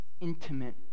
intimate